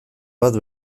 bat